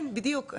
בדיוק.